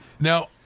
Now